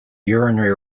urinary